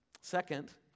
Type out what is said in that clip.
Second